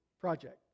Project